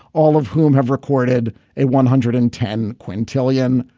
all of whom have recorded a one hundred and ten quintillion.